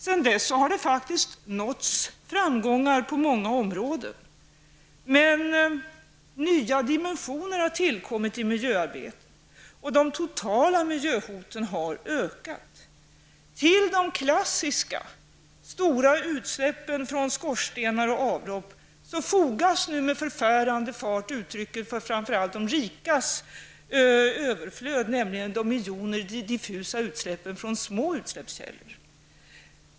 Sedan dess har det faktiskt nåtts framgångar på många områden, men nya dimensioner har tillkommit i miljöarbetet, och de totala miljöhoten har ökat. Till de klassiska stora utsläppen från skorstenar och avlopp fogas nu med förfärande fart uttrycken för framför allt de rikas överflöd, nämligen de miljoner diffusa utsläppen från små utsläppskällor.